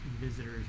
visitors